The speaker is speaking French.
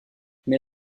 mais